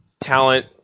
talent